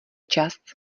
čas